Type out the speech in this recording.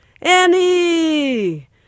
Annie